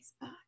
back